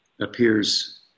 Appears